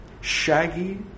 shaggy